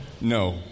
No